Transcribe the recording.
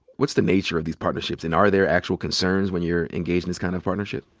what's the nature of these partnerships? and are there actual concerns when you're engaged in this kind of partnership?